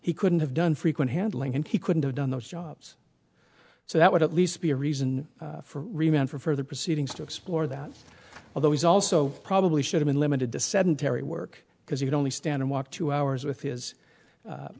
he couldn't have done frequent handling and he couldn't have done those jobs so that would at least be a reason for remain for further proceedings to explore that although he's also probably should've been limited to sedentary work because you'd only stand and walk two hours with his